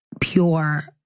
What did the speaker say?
pure